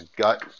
gut